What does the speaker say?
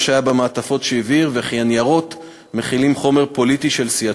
שהיה במעטפות שהעביר ושבניירות היה חומר פוליטי של סיעתו.